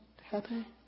happy